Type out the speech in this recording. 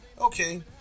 okay